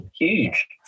Huge